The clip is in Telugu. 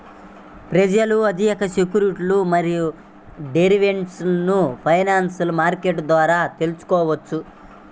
ప్రజలు ఆర్థిక సెక్యూరిటీలు మరియు డెరివేటివ్లను ఫైనాన్షియల్ మార్కెట్ల ద్వారా తెల్సుకోవచ్చు